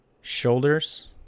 shoulders